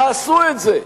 תעשו את זה.